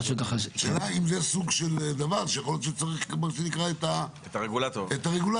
השאלה אם זה דבר שמצריך את הרגולטור.